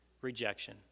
rejection